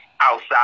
outside